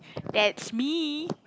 that's me